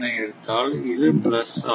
என எடுத்தால் இது பிளஸ் ஆகும்